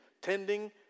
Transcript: tending